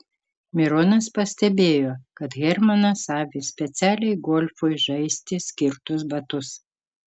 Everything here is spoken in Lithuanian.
mironas pastebėjo kad hermanas avi specialiai golfui žaisti skirtus batus